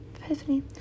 epiphany